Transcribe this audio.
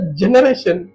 generation